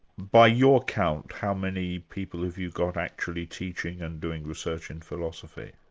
by your count, how many people have you got actually teaching and doing research in philosophy?